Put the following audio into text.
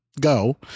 go